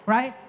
Right